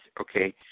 Okay